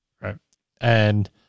right—and